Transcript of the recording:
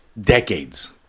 Decades